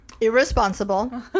Irresponsible